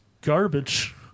garbage